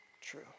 true